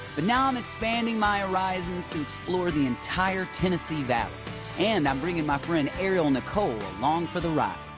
but now i'm expanding my horizons to explore the entire tennessee valley and i'm bringing my friend aerial nicole along for the ride.